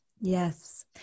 Yes